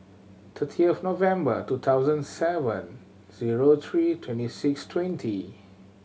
thirtieth November two thousand seven zero three twenty six twenty